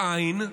בעי"ן,